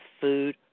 food